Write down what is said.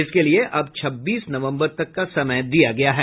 इसके लिए अब छब्बीस नवम्बर तक का समय दिया गया है